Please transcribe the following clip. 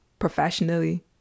professionally